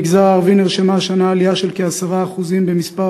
במגזר הערבי נרשמה השנה עלייה של כ-10% במספר